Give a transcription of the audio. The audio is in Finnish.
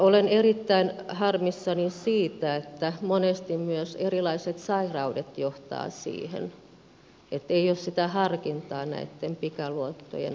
olen erittäin harmissani siitä että monesti myös erilaiset sairaudet johtavat siihen ettei ole sitä harkintaa näitten pikaluottojen ottamisessa